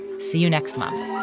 see you next month